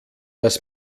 dass